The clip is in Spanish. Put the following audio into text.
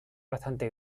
bastante